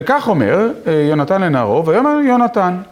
כך אומר יונתן לנערו, ויאמר יונתן.